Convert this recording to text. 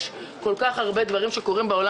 יש כל כך הרבה דברים בעולם,